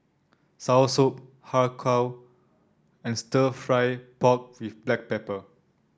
soursop Har Kow and stir fry pork with Black Pepper